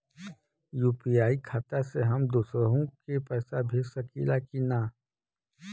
UPI खाता से हम दुसरहु के पैसा भेज सकीला की ना?